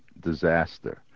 disaster